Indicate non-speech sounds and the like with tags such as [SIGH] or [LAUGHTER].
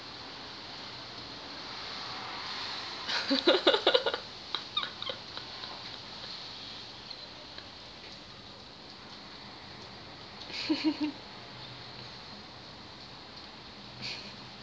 [LAUGHS] [LAUGHS] [LAUGHS]